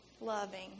loving